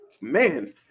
Man